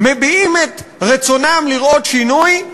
מביעים את רצונם לראות שינוי,